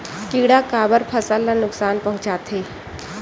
किड़ा काबर फसल ल नुकसान पहुचाथे?